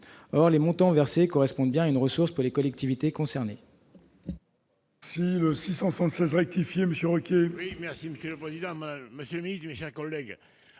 Or les montants versés correspondent bien à une ressource pour les collectivités concernées.